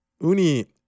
UNI